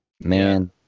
man